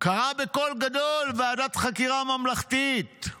קרא בקול גדול: "ועדת חקירה ממלכתית";